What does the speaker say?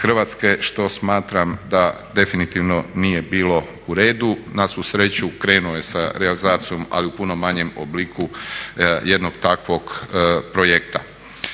što smatram da definitivno nije bilo u redu. Na svu sreću krenuo je sa realizacijom ali u puno manjem obliku jednog takvog projekta.